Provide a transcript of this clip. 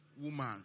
woman